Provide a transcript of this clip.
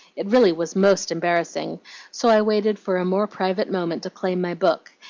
it really was most embarrassing so i waited for a more private moment to claim my book,